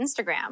Instagram